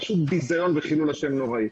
פשוט ביזיון וחילול השם נוראי.